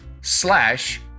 slash